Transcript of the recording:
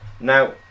Now